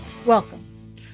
Welcome